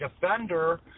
defender